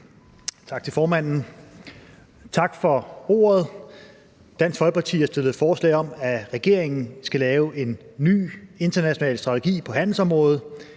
Tak for ordet, formand. Dansk Folkeparti har fremsat forslag om, at regeringen skal lave en ny international strategi på handelsområdet.